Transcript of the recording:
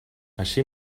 així